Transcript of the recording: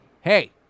Hey